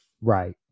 Right